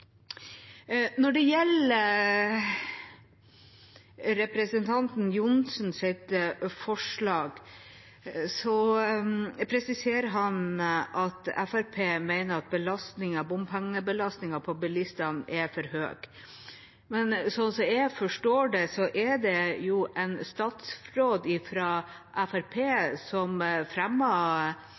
Når det gjelder representanten Johnsens forslag, presiserer han at Fremskrittspartiet mener at bompengebelastningen på bilistene er for høy. Men slik jeg forstår det, er det en statsråd fra Fremskrittspartiet som